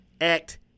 act